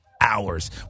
hours